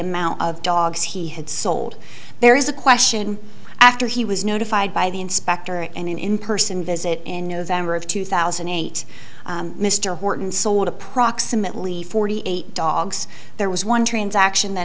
amount of dogs he had sold there is a question after he was notified by the inspector and in person visit in november of two thousand and eight mr horton sold approximately forty eight dogs there was one transaction that